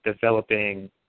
developing